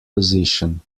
position